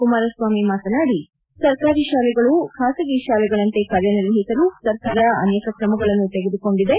ಕುಮಾರಸ್ವಾಮಿ ಮಾತನಾಡಿ ಸರ್ಕಾರಿ ಶಾಲೆಗಳು ಖಾಸಗಿ ಶಾಲೆಗಳಂತೆ ಕಾರ್ಯನಿರ್ವಹಿಸಲು ಸರ್ಕಾರ ಅನೇಕ ಕ್ರಮಗಳನ್ನು ತೆಗೆದುಕೊಂಡಿದೆ